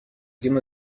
گیمو